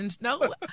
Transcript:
No